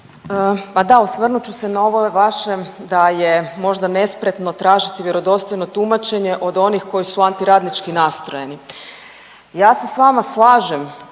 Pa da, osvrnut ću se na ovom vašem da je možda nespretno tražiti vjerodostojno tumačenje od onih koji su anti radnički nastrojeni. Ja se s vama slažem